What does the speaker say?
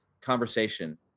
conversation